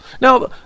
Now